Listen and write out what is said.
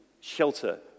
shelter